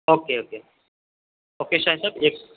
okay okay okay Shahid sir ایک